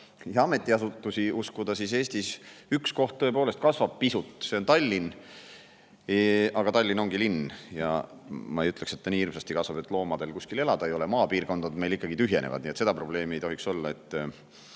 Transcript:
ja ametiasutusi uskuda, Eestis üks koht tõepoolest pisut kasvab: see on Tallinn. Aga Tallinn on linn ja ma ei ütleks, et see nii hirmsasti kasvab, et loomadel kuskil elada ei ole. Maapiirkonnad meil ikkagi tühjenevad, nii et seda probleemi ei tohiks olla, et